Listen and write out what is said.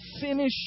finish